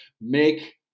make